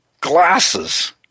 glasses